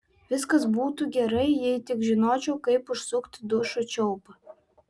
viskas būtų gerai jei tik žinočiau kaip užsukti dušo čiaupą